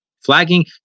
Flagging